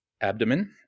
abdomen